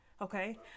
okay